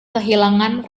kehilangan